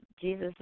Jesus